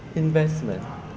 investment